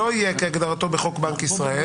לא תהיה כהגדרתו בחוק בנק ישראל,